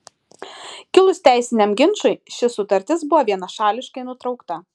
kilus teisiniam ginčui ši sutartis buvo vienašališkai nutraukta